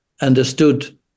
understood